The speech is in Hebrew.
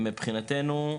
מבחינתנו,